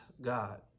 God